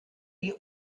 die